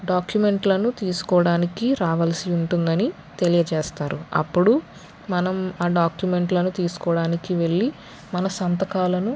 డాక్యుమెంట్లను తీసుకోడానికి రావాల్సి ఉంటుందని తెలియజేస్తారు అప్పుడు మనం ఆ డాక్యుమెంట్లను తీసుకోడానికి వెళ్ళి మన సంతకాలను